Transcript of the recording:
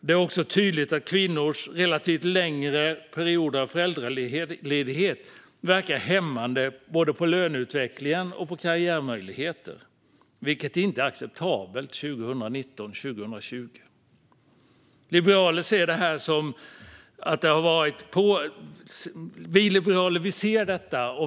Det är också tydligt att kvinnors relativt sett längre period av föräldraledighet verkar hämmande både på löneutvecklingen och på karriärmöjligheterna, vilket inte är acceptabelt 2019 och 2020. Vi liberaler ser detta, fru talman.